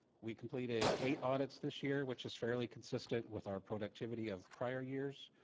we completed eight audits this year which is fairly consistent with our productivity of prior years.